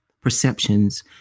perceptions